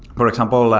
for example,